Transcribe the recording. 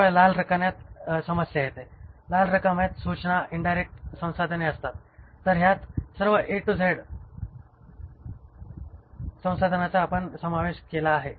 केवळ लाल रकान्यात समस्या येते लाल रकान्यात मूलतः इन्डायरेक्ट संसाधने असतात तर ह्यात सर्व A टू Z संसाधनांचा आपण समावेश केला आहे